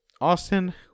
Austin